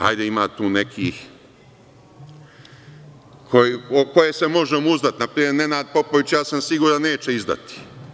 Hajde, ima tu nekih u koje se možemo uzdati, na primer Nenad Popović, ja sam siguran neće izdati.